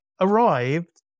arrived